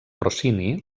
rossini